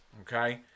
Okay